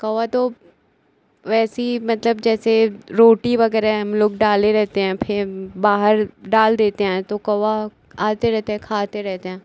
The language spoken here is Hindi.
कौआ तो वैसे ही मतलब जैसे रोटी वग़ैरह हम लोग डाले रहते हैं फिर बाहर डाल देते हैं तो कौआ आते रहते हैं खाते रहते हैं